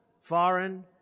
foreign